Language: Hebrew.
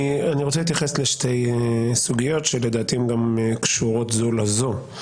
אני רוצה להתייחס לשתי סוגיות שלדעתי הן גם קשורות זו לזו.